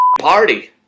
party